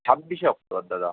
ছাব্বিশে অক্টোবর দাদা